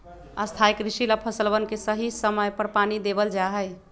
स्थाई कृषि ला फसलवन के सही समय पर पानी देवल जा हई